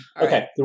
Okay